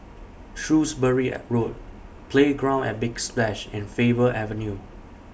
Shrewsbury and Road Playground At Big Splash and Faber Avenue